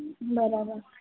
બરાબર